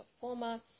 performer